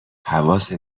حواست